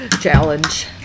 challenge